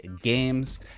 games